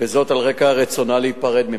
וזאת על רקע רצונה להיפרד ממנו.